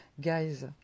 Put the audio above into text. guys